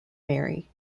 mary